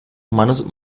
humanos